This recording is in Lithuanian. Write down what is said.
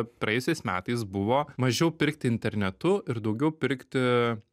praėjusiais metais buvo mažiau pirkti internetu ir daugiau pirkti